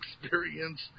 experience